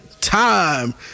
time